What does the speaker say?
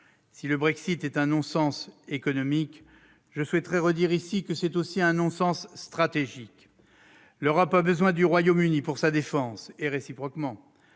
Si le Brexit est un non-sens économique, je souhaite répéter dans cette enceinte qu'il s'agit aussi d'un non-sens stratégique. L'Europe a besoin du Royaume-Uni pour sa défense, et réciproquement.